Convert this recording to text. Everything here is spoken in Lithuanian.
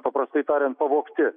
paprastai tariant pavogti